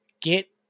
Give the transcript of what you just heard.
Get